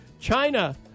China